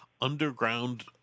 underground